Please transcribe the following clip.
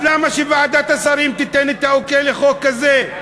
אז למה שוועדת השרים תיתן את האוקיי לחוק כזה?